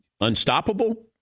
unstoppable